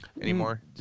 anymore